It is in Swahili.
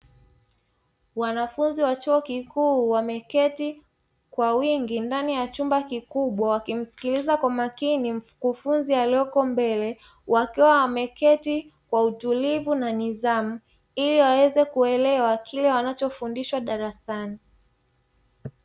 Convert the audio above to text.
Wanafunzi wa chuo kikuu wameketi kwa wingi ndani ya chumba kikubwa wakimsikiliza kwa makini mkufunzi aliyeko mbele, wakiwa wameketi kwa utulivu na nidhamu ili waweze kuelewa kile wanachofundishwa darasani.